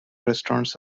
restaurants